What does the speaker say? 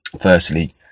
Firstly